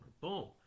boom